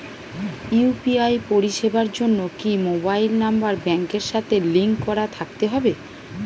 UPI পরিষেবার জন্য কি মোবাইল নাম্বার ব্যাংকের সাথে লিংক করা থাকতে হবে?